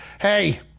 Hey